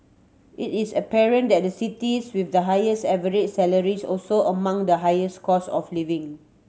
it is apparent that the cities with the highest average salaries also among the highest costs of living